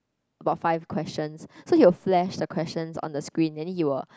about fix questions so he will flash the questions on the screen and then he will